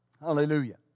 hallelujah